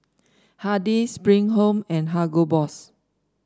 Hardy's Spring Home and Hugo Boss